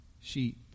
sheep